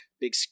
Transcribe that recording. big